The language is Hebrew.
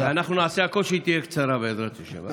שאנחנו נעשה הכול שהיא תהיה קצרה, בעזרת השם.